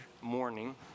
morning